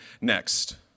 next